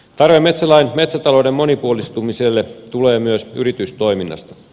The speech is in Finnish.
tarve metsätalouden monipuolistumiselle tulee myös yritystoiminnasta